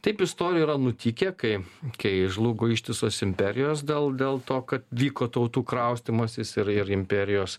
taip istorijoj yra nutikę kai kai žlugo ištisos imperijos dėl dėl to kad vyko tautų kraustymasis ir ir imperijos